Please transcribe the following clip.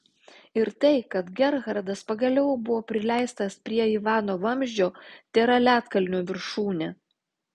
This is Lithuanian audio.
ir tai kad gerhardas pagaliau buvo prileistas prie ivano vamzdžio tėra ledkalnio viršūnė